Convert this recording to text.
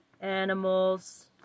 animals